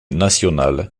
nationale